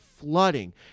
flooding